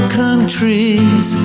countries